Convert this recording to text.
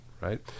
right